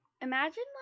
Imagine